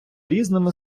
різними